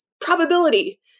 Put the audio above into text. probability